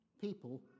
People